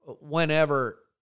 whenever